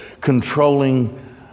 controlling